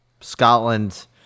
Scotland